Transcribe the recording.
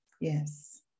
Yes